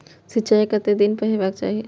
सिंचाई कतेक दिन पर हेबाक चाही?